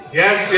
yes